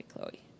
Chloe